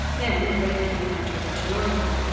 then, the red king went over to normandy,